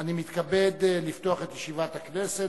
אני מתכבד לפתוח את ישיבת הכנסת.